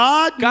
God